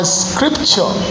scripture